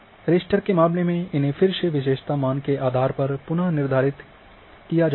raster के मामले में इन्हें फिर से विशेषता मान के आधार पर पुन निर्धारित किया जाता है